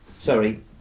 Sorry